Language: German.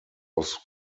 aus